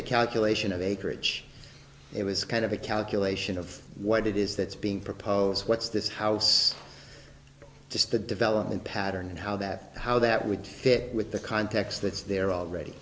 a calculation of acreage it was kind of a calculation of what it is that's being proposed what's this house just a development pattern and how that how that would fit with the context that's there already